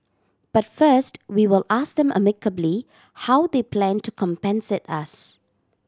but first we will ask them amicably how they plan to compensate us